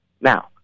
Now